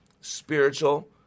spiritual